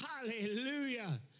Hallelujah